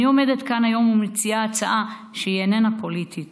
אני עומדת כאן היום ומציעה הצעה שאיננה פוליטית